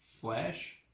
flash